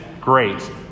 great